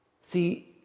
See